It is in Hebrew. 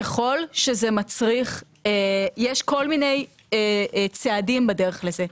ככל שזה מצריך יש כל מיני צעדים בדרך לזה.